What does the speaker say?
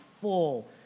full